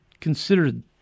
considered